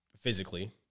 physically